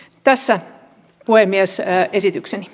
tässä puhemies esitykseni